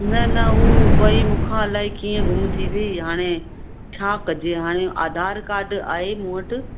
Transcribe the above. न न हू बई मूं खां अलाए कीअं घुम थी वई हाणे छा कजे हाणे आधार कार्ड आहे मूं वटि